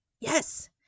yes